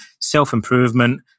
self-improvement